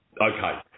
Okay